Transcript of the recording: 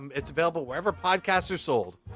um it's available wherever podcasts are sold.